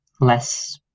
less